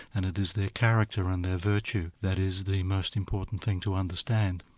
and it is their character and their virtue that is the most important thing to understand.